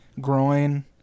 groin